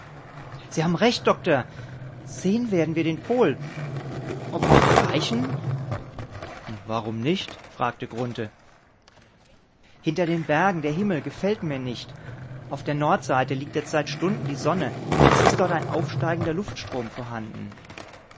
sie haben recht doktor sehen werden wir den pol ob auch erreichen warum nicht fragte grunthe hinter den bergen der himmel gefällt mir nicht auf der nordseite liegt jetzt seit stunden die sonne es ist dort ein aufsteigender luftstrom vorhanden